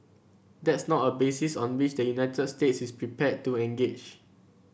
that's not a basis on which the United States is prepared to engage